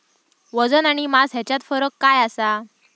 वजन आणि मास हेच्यात फरक काय आसा?